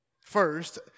First